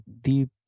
deep